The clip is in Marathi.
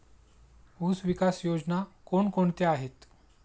ऊसविकास योजना कोण कोणत्या आहेत?